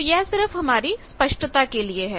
तो यह सिर्फ हमारी स्पष्टता के लिए है